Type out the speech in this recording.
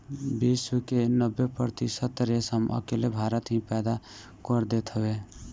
विश्व के नब्बे प्रतिशत रेशम अकेले भारत ही पैदा कर देत हवे